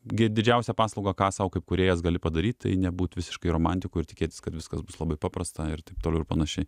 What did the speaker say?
gi didžiausią paslaugą ką sau kaip kūrėjas gali padaryt tai nebūt visiškai romantiku ir tikėtis kad viskas bus labai paprasta ir taip toliau ir panašiai